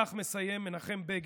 כך מסיים מנחם בגין,